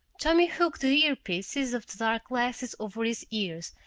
tommy hooked the earpieces of the dark glasses over his ears,